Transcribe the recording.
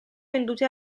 venduti